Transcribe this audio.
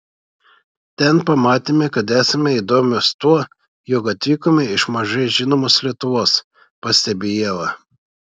ten pamatėme kad esame įdomios tuo jog atvykome iš mažai žinomos lietuvos pastebi ieva